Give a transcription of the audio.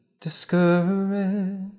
discouraged